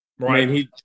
Right